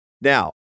Now